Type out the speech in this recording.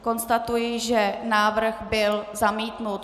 Konstatuji, že návrh byl zamítnut.